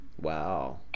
Wow